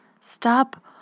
Stop